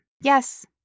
Yes